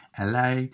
LA